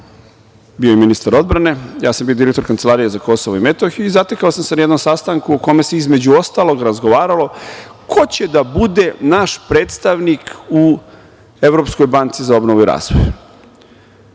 bio je ministar odbrane, ja sam bio direktor Kancelarije za Kosovo i Metohiju, i zatekao sam se na jednom sastanku između ostalog razgovaralo, ko će da bude naš predstavnik u Evropskoj banci za obnovu i razvoj. Došlo